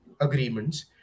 agreements